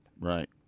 Right